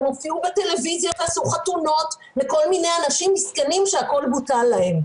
הם הופיעו בטלוויזיה ועשו חתונות לכל מיני אנשים מסכנים שהכול בוטל להם.